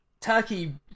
Turkey